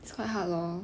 it's quite hard lor